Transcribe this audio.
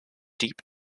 deep